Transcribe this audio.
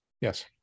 Yes